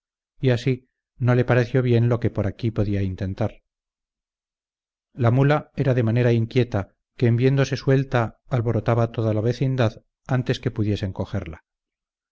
y así no le pareció bien lo que por aquí podía intentar la mula era de manera inquieta que en viéndose suelta alborotaba toda la vecindad antes que pudiesen cogerla